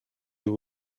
you